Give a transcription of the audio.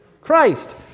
Christ